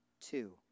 Two